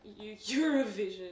Eurovision